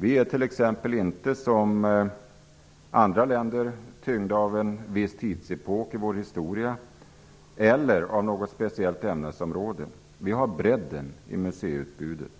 Vi är t.ex. inte som en del andra länder tyngda av en viss tidsepok i vår historia eller av något speciellt ämnesområde. Vi har bredden i museiutbudet.